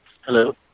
Hello